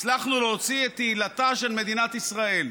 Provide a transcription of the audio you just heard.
הצלחנו להוציא את תהילתה של מדינת ישראל,